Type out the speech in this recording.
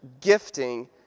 gifting